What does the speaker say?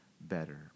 better